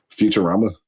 Futurama